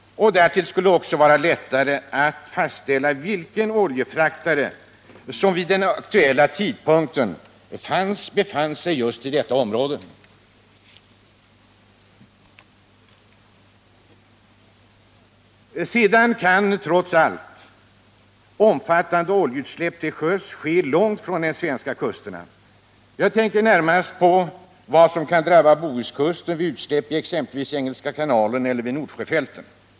Därtill skulle det också vara lättare att fastställa vilken oljefraktare som vid den aktuella tidpunkten befann sig i området. Sedan kan trots allt omfattande oljeutsläpp till sjöss ske långt från de svenska kusterna. Jag tänker närmast på vad som kan drabba Bohuskusten vid utsläpp i exempelvis Engelska kanalen eller vid Nordsjöfälten.